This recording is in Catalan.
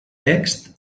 text